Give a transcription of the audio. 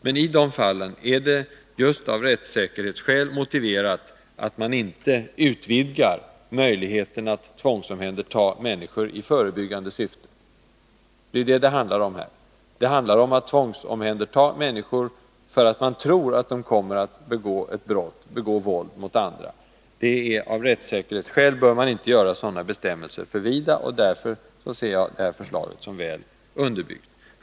Men i de fallen är det just av rättsäkerhetsskäl motiverat att man inte utvidgar möjligheterna att tvångsvis omhänderta människor i förebyggande syfte. Det är detta det handlar om. Det handlar om att tvångsomhänderta människor därför att man tror att de kommer att begå våld mot andra. Avrättssäkerhetsskäl bör man inte göra sådana bestämmelser för vida, och därför ser jag detta förslag som väl underbyggt.